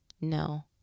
No